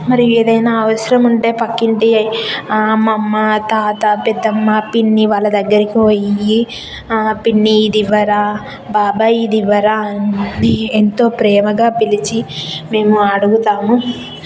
మరి ఏదన్న అవసరముంటే పక్కింటి అమ్మమ్మ తాత పెద్దమ్మ పిన్ని వాళ్ళ దగ్గరికి పోయి ఆ పిన్ని ఇదివ్వరా బాబాయ్ ఇదివ్వరా అని ఎంతో ప్రేమగా పిలిచి మేము అడుగుతాము